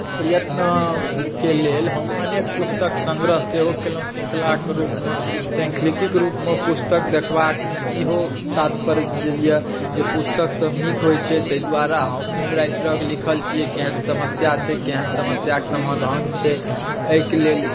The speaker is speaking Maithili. प्रयत्नके लेल हम अनेक पुस्तक संग्रह सेहो कएलहुॅं शृंखलाक रूपमे शृंखलैकिक रूपमे पुस्तक देखबाक इहो तात्पर्य यऽ जे पुस्तक सब नीक होइ छै तै दुआरऽ अहाँ कुन राइटरक लिखल छियै केहेन समस्या छै केहेन समस्याक समाधान छै एहिके लेल